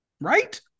Right